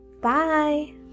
Bye